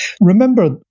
Remember